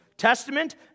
Testament